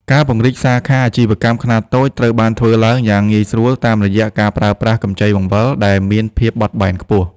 ការពង្រីកសាខាអាជីវកម្មខ្នាតតូចត្រូវបានធ្វើឡើងយ៉ាងងាយស្រួល តាមរយៈការប្រើប្រាស់កម្ចីបង្វិលដែលមានភាពបត់បែនខ្ពស់។